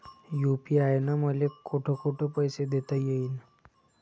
UPI न मले कोठ कोठ पैसे देता येईन?